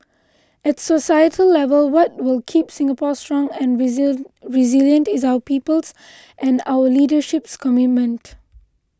at societal level what will keep Singapore strong and resilient is our people's and our leadership's commitment